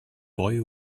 boy